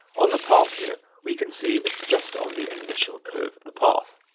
on the path here, we can see it's just on the initial curve of the path.